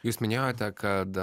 jūs minėjote kad